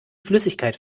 flüssigkeit